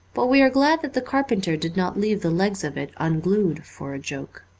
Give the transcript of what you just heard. but we are glad that the carpenter did not leave the legs of it unglued for a joke.